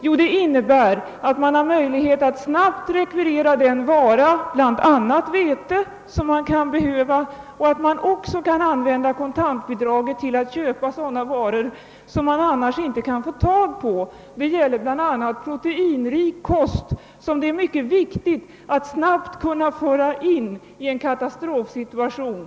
Jo, det innebär att man har möjlighet att snabbt rekvirera den vara, bl.a. vete, som man kan behöva och att man också kan använda kontantbidraget till att köpa sådana varor som man annars inte skulle kunna få tag på. Detta gäller bl.a. proteinrik kost, som det är mycket viktigt att snabbt kunna föra in vid en katastrofsituation.